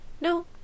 No